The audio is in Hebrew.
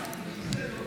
לפי חוק יש לי.